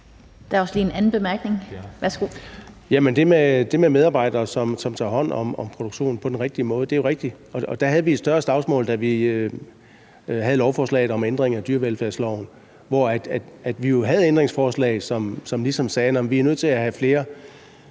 Søren Egge Rasmussen (EL): Det med medarbejdere, som tager hånd om produktionen på den rigtige måde, er jo rigtigt, og der havde vi et større slagsmål, da vi havde lovforslaget om ændring af dyrevelfærdsloven, hvor vi sagde, at vi er nødt til at have flere